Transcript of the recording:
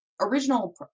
original